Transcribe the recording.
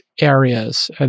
areas